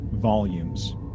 volumes